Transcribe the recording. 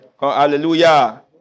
Hallelujah